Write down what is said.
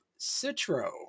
Citro